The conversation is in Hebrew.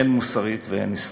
הן מוסרית והן היסטורית.